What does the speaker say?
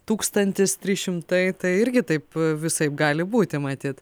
tūkstantis trys šimtai tai irgi taip visaip gali būti matyt